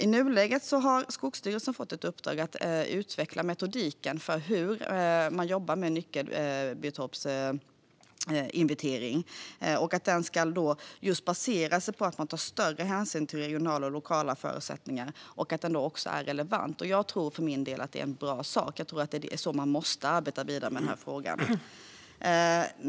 I nuläget har Skogsstyrelsen fått ett uppdrag att utveckla metodiken för hur man jobbar med nyckelbiotopsinventering. Den ska baseras på att man tar större hänsyn till regionala och lokala förutsättningar, och den ska också vara relevant. Jag tror för min del att det är en bra sak. Det är så man måste arbeta vidare med frågan.